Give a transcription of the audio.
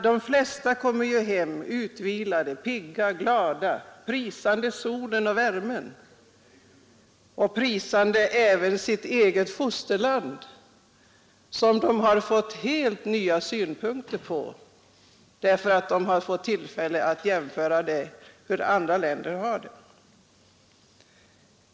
De flesta kommer hem utvilade, pigga, glada, prisande solen och värmen och prisande även sitt eget fosterland, som de har fått en helt annan syn på, därför att de har fått tillfälle att jämföra med hur man har det i andra länder.